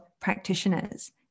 practitioners